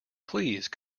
please